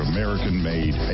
American-made